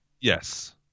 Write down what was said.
yes